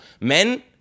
men